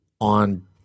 on